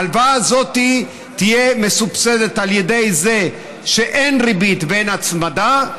ההלוואה הזאת תהיה מסובסדת על ידי זה שאין ריבית ואין הצמדה,